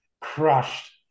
crushed